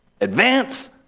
Advance